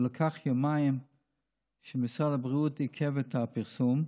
והיו יומיים שמשרד הבריאות עיכב את הפרסום,